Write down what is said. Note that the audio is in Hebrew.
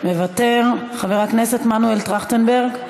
מוותר, חבר הכנסת מנואל טרכטנברג,